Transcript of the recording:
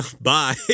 bye